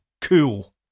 Cool